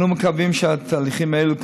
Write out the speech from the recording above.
אנו מקווים שהתהליכים האלה,